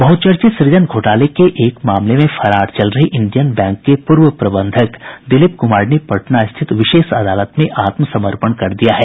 बहुचर्चित सुजन घोटाले के एक मामले में फरार चल रहे इंडियन बैंक के पूर्व प्रबंधक दिलीप कुमार ने पटना स्थित विशेष अदालत में आत्मसमर्पण कर दिया है